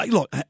Look